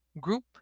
group